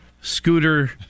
scooter